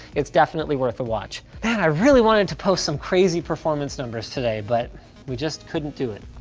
it's definitely worth the watch. man, i really wanted to post some crazy performance numbers today but we just couldn't do it,